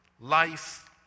life